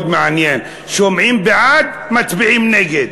מאוד מעניין: שומעים בעד, מצביעים נגד.